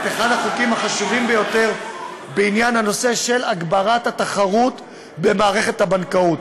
את אחד החוקים החשובים ביותר בנושא של הגברת התחרות במערכת הבנקאות.